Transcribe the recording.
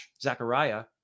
Zachariah